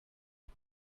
you